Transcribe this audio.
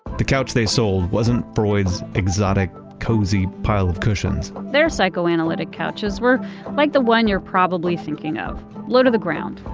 the couch they sold wasn't freud's exotic, cozy pile of cushions their psychoanalytic couches were like the one you're probably thinking of low to the ground,